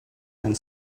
and